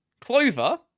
Clover